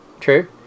True